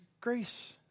grace